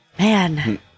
man